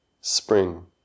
spring